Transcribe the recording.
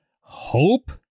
hope